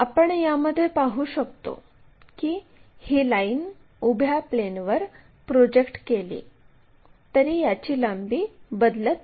आपण यामध्ये पाहू शकतो की ही लाईन उभ्या प्लेनवर प्रोजेक्ट केली तरी याची लांबी बदलत नाही